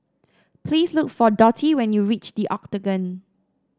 please look for Dottie when you reach The Octagon